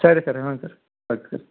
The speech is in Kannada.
ಸರಿ ಸರ್ ಹ್ಞೂ ಸರ್ ಓಕೆ ಸರ್